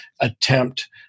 attempt